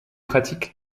pratiques